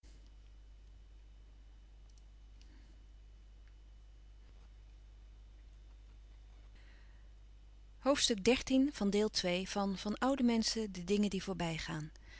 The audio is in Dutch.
van oude menschen de dingen die voorbij gaan